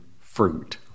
fruit